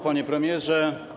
Panie Premierze!